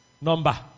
number